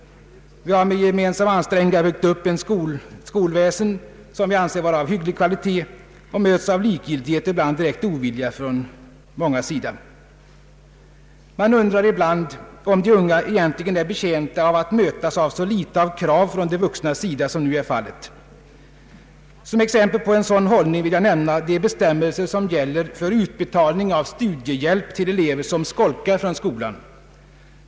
Vi har med gemensamma ansträngningar byggt upp ett skolväsen som vi anser vara av hygglig kvalitet och möts av likgiltighet och ibland direkt ovilja från mångas sida. Man undrar ibland om de unga egentligen är betjänta av att mötas med så litet av krav från de vuxnas sida som nu är fallet. Som exempel på en sådan hållning vill jag nämna de bestämmelser som gäller för utbetalning av studiehjälp till elever som skolkar från skolan.